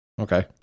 Okay